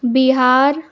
Bihar